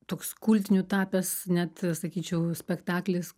toks kultiniu tapęs net sakyčiau spektaklis